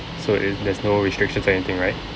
so if there's no restrictions anything right